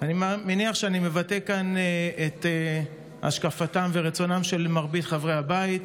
אני מניח שאני מבטא כאן את השקפתם ורצונם של מרבית חברי הבית,